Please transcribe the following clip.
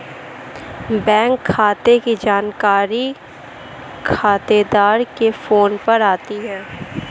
bank खाते की जानकारी खातेदार के फोन पर आती है